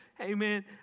Amen